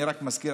אני רק מזכיר,